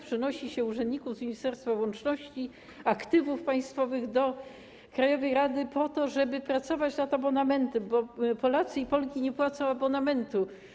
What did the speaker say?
Przenosi się urzędników z ministerstwa łączności, aktywów państwowych do krajowej rady po to, żeby pracować nad abonamentem, bo Polacy i Polki nie płacą abonamentu.